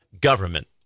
government